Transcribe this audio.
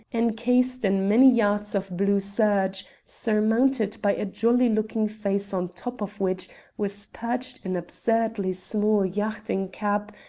encased in many yards of blue serge, surmounted by a jolly-looking face on top of which was perched an absurdly small yachting cap,